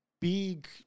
big